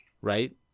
Right